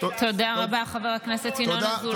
תודה רבה, חבר הכנסת ינון אזולאי.